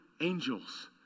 angels